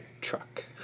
Truck